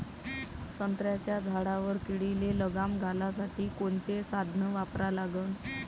संत्र्याच्या झाडावर किडीले लगाम घालासाठी कोनचे साधनं वापरा लागन?